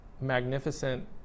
magnificent